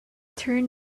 turn